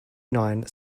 nine